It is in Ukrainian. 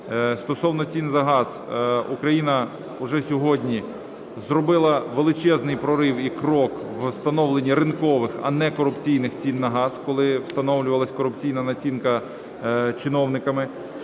Стосовно цін за газ. Україна уже сьогодні зробила величезний прорив і крок в становленні ринкових, а не корупційних цін на газ, коли встановлювалася корупційна націнка чиновниками.